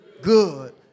good